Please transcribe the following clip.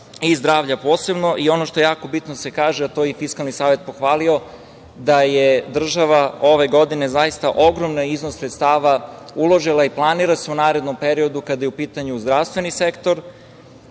zdravlja. Ono što je jako bitno da se kaže, a to je i Fiskalni savet pohvalio, jeste da je država ove godine ogroman iznos sredstava uložila i planira se u narednom periodu, kada je u pitanju zdravstveni sektor.